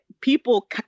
people